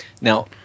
Now